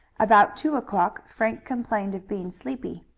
about two o'clock frank complained of being sleepy.